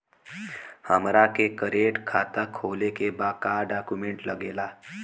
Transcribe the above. हमारा के करेंट खाता खोले के बा का डॉक्यूमेंट लागेला?